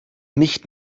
nicht